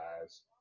guys